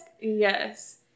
Yes